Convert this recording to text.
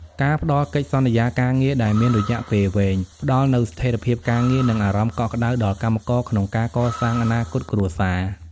ការផ្ដល់កិច្ចសន្យាការងារដែលមានរយៈពេលវែង ផ្ដល់នូវស្ថិរភាពការងារ និងអារម្មណ៍កក់ក្ដៅដល់កម្មករក្នុងការកសាងអនាគតគ្រួសារ។